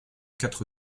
quatre